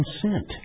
consent